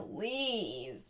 please